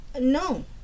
no